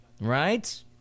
right